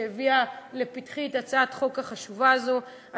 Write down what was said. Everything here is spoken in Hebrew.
שהביאה לפתחי את הצעת החוק החשובה הזאת,